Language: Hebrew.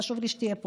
חשוב לי שתהיי פה.